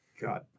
God